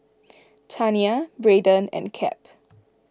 Tania Braiden and Cap